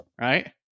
Right